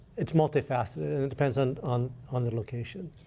it's multifaceted. and and depends and on on the location.